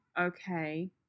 okay